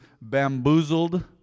bamboozled